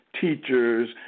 teachers